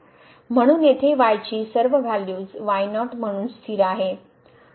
म्हणून येथे y ची सर्व व्हॅल्यूज y0 म्हणून स्थिर आहेत